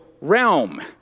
realm